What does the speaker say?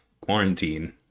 quarantine